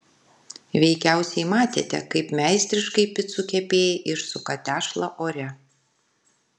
veikiausiai matėte kaip meistriškai picų kepėjai išsuka tešlą ore